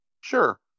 Sure